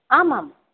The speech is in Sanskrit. आम् आम्